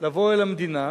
לבוא אל המדינה,